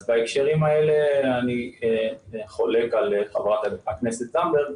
אז בהקשרים האלה אני חולק על חברת הכנסת זנדברג.